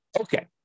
Okay